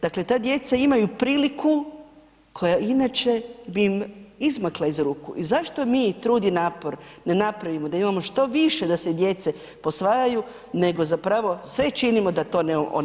Dakle, ta djeca imaju priliku koja inače bi im izmakla iz ruku i zašto mi trud i napor ne napravimo da imamo što više da se djece posvajaju nego zapravo sve činimo da to onemogućimo.